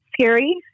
scary